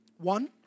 One